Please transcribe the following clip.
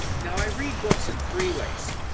now i read books in three ways.